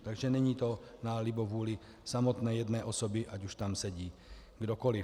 Takže to není na libovůli samotné jedné osoby, ať už tam sedí kdokoliv.